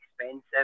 expensive